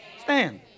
stand